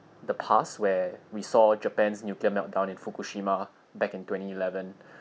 the past where we saw japan's nuclear meltdown in fukushima back in twenty eleven